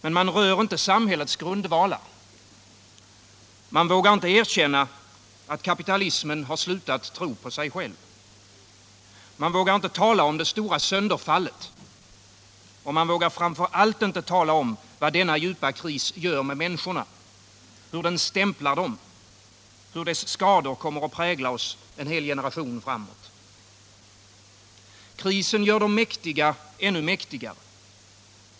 Men man rör inte samhällets grundvalar. Man vågar inte erkänna, att kapitalismen slutat tro på sig själv. Man vågar inte tala om det stora sönderfallet. Och man vågar framför allt inte tala om vad denna djupa kris gör med människorna. Hur den stämplar dem. Hur dess skador kommer att prägla oss en hel generation framåt. Krisen gör de mäktiga ännu mäktigare.